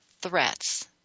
threats